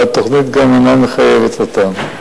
והתוכנית גם אינה מחייבת אותן.